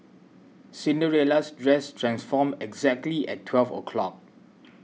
Cinderella's dress transformed exactly at twelve o'clock